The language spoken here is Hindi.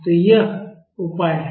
तो यह उपाय है